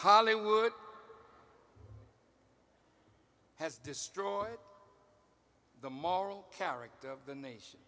hollywood has destroyed the moral character of the nation